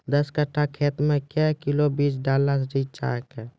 दस कट्ठा खेत मे क्या किलोग्राम बीज डालने रिचा के?